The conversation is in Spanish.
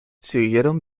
siguieron